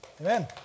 Amen